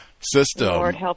System